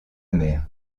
amer